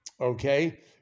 Okay